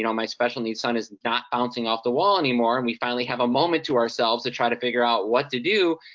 you know my special needs son is not bouncing off the wall anymore and we finally have a moment to ourselves to try to figure out what to do,